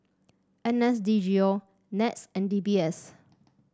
N S D G O NETS and D B S